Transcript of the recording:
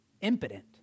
impotent